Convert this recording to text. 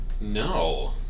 No